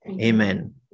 Amen